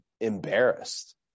embarrassed